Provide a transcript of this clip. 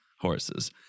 horses